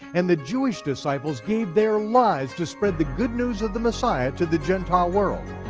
and the jewish disciples gave their lives to spread the good news of the messiah to the gentile world.